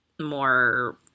more